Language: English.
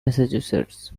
massachusetts